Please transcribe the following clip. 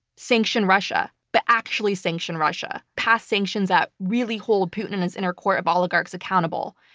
sanction russia, but actually sanction russia. pass sanctions that really hold putin's inner core of oligarchs accountable.